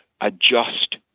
adjust